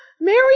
Mary